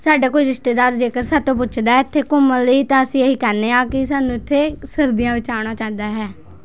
ਸਾਡਾ ਕੋਈ ਰਿਸ਼ਤੇਦਾਰ ਜੇਕਰ ਸਾਥੋਂ ਪੁੱਛਦਾ ਹੈ ਇੱਥੇ ਘੁੰਮਣ ਲਈ ਤਾਂ ਅਸੀਂ ਇਹੀ ਕਹਿੰਦੇ ਹਾਂ ਕਿ ਸਾਨੂੰ ਇੱਥੇ ਸਰਦੀਆਂ ਵਿੱਚ ਆਉਣਾ ਚਾਹੀਦਾ ਹੈ